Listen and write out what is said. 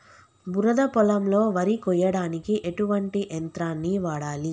బురద పొలంలో వరి కొయ్యడానికి ఎటువంటి యంత్రాన్ని వాడాలి?